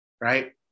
right